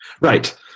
Right